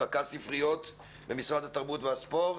רכז ספריות במשרד התרבות והספורט,